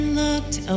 looked